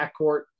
backcourt